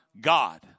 God